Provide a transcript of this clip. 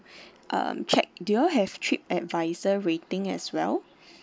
um check do you all have Tripadvisor rating as well